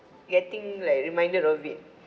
getting like reminded of it